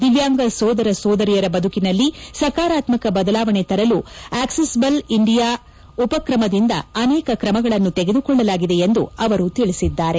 ದಿವ್ಲಾಂಗ ಸೋದರ ಸೋದರಿಯರ ಬದುಕಿನಲ್ಲಿ ಸಕಾರಾತ್ತಕ ಬದಲಾವಣೆ ತರಲು ಅಕ್ಸೆಸಬಲ್ ಇಂಡಿಯಾ ಉಪಕ್ರಮದಿಂದ ಅನೇಕ ಕ್ರಮಗಳನ್ನು ತೆಗೆದುಕೊಳ್ಳಲಾಗಿದೆ ಎಂದು ಅವರು ತಿಳಿಸಿದ್ದಾರೆ